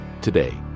today